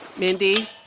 mindy,